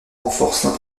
renforcent